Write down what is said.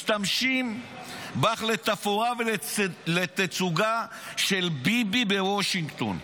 משתמשים בך לתפאורה ולתצוגה של ביבי בוושינגטון.